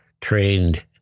trained